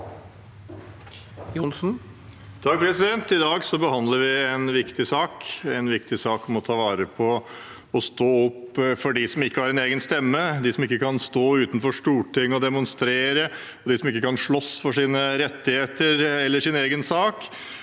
I dag behand- ler vi en viktig sak – en viktig sak om å ta vare på og stå opp for dem som ikke har en egen stemme, for dem som ikke kan stå utenfor Stortinget og demonstrere, for dem som ikke kan slåss for sine rettigheter eller sin egen sak,